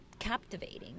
captivating